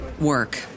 work